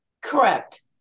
Correct